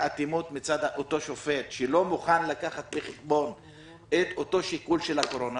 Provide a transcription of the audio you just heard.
באטימות מצד שופט שלא מוכן לקחת בחשבון את אותו שיקול של הקורונה,